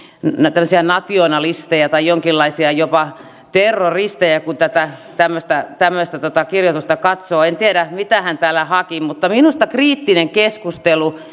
tämmöisiä nationalisteja tai jonkinlaisia jopa terroristeja kun tätä tämmöistä tämmöistä kirjoitusta katsoo en tiedä mitä hän tällä haki mutta minusta kriittinen keskustelu